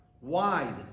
Wide